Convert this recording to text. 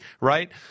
right